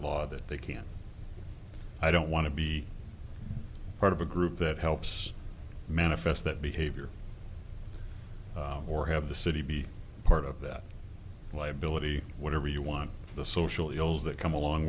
law that they can't i don't want to be part of a group that helps manifest that behavior or have the city be part of that liability whatever you want the social ills that come along